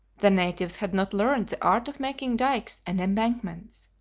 the natives had not learnt the art of making dykes and embankments.